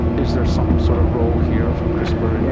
is there some sort of role here for crispr? yeah